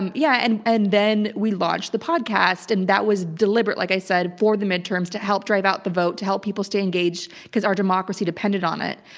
and yeah. and and then we launched the podcast and that was deliberate, like i said, for the midterms, to help drive out the vote, to help people stay engaged cause our democracy depended on it.